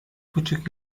buçuk